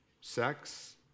Sex